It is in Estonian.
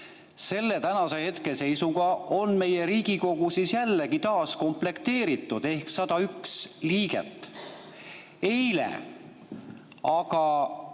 Selle tänase hetkeseisuga on meie Riigikogu jällegi taas komplekteeritud ehk meil on 101 liiget. Eile aga